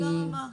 תודה רבה.